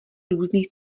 různých